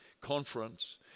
conference